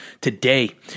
today